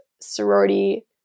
sorority